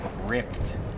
ripped